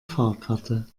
fahrkarte